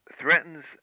threatens